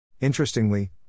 Interestingly